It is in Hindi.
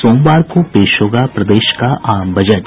सोमवार को पेश होगा प्रदेश का आम बजट